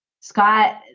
Scott